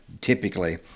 Typically